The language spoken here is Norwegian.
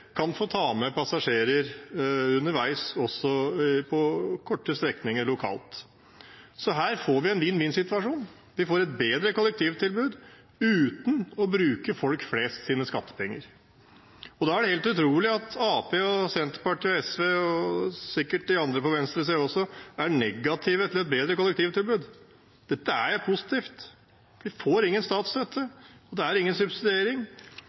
kan få ta med passasjerer underveis, også på korte strekninger lokalt. Her får vi en vinn-vinn-situasjon. Vi får et bedre kollektivtilbud, uten å bruke folk flest sine skattepenger. Da er det helt utrolig at Arbeiderpartiet, Senterpartiet, SV og sikkert også de andre på venstresiden, er negative til et bedre kollektivtilbud. Dette er positivt. De får ingen statsstøtte, og det er ingen subsidiering,